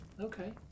okay